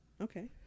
okay